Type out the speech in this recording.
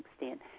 extent